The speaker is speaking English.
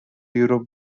europe